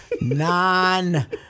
non